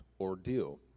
ordeal